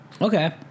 Okay